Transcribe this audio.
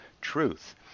truth